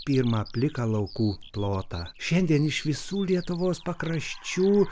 pirmą pliką laukų plotą šiandien iš visų lietuvos pakraščių